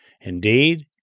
Indeed